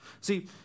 See